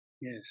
Yes